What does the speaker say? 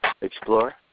explore